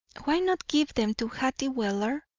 why not give them to hattie weller?